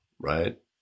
Right